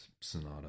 sonata